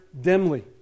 dimly